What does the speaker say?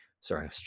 sorry